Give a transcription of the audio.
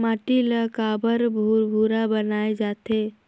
माटी ला काबर भुरभुरा बनाय जाथे?